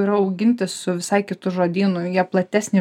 yra auginti su visai kitu žodynu jie platesnį